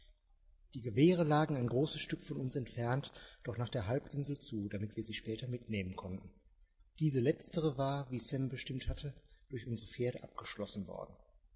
die gewehre lagen ein großes stück von uns entfernt doch nach der halbinsel zu damit wir sie später mitnehmen konnten diese letztere war wie sam bestimmt hatte durch unsere pferde abgeschlossen worden